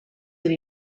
that